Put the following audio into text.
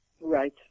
Right